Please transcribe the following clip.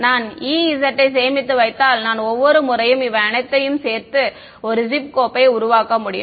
நான் E z யை சேமித்து வைத்தால் நான் ஒவ்வொரு முறையும் இவை அனைத்தையும் சேர்த்து ஒரு ஜிப் கோப்பை உருவாக்க முடியும்